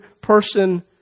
person